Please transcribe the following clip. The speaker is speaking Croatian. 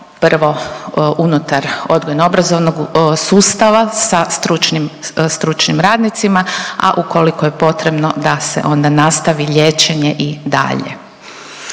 prvo unutar odgojno obrazovnog sustava sa stručnim, stručnim radnicima, a ukoliko je potrebno da se onda nastavi liječenje i dalje.